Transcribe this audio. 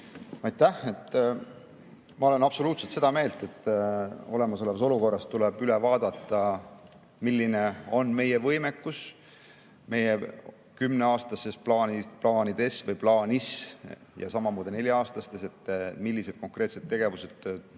Ma olen absoluutselt seda meelt, et olemasolevas olukorras tuleb üle vaadata, milline on meie võimekus kümneaastases plaanis ja samamoodi nelja-aastases, et millised konkreetsed tegevused